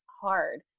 hard